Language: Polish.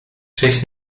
żeś